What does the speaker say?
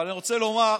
אבל אני רוצה לומר,